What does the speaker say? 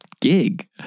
gig